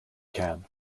can